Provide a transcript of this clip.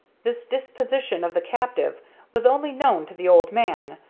this disposition of the captive was only known to the old man,